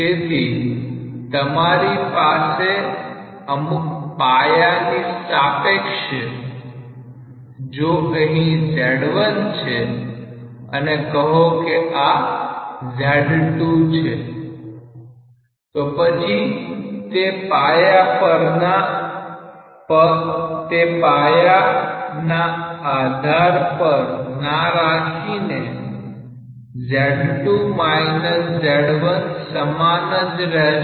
તેથી તમારી પાસે અમુક પાયાની સાપેક્ષે જો અહી Z1 છે અને કહો કે આ Z2 છે તો પછી તે પાયા ના પર આધાર ના રાખીને Z2 Z1 સમાન જ રહેશે